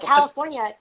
California